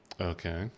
Okay